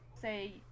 say